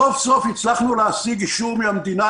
סוף-סוף הצלחנו להשיג אישור מן המדינה,